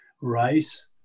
rice